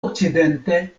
okcidente